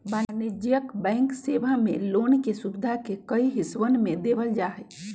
वाणिज्यिक बैंक सेवा मे लोन के सुविधा के कई हिस्सवन में देवल जाहई